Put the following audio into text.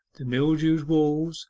the mildewed walls,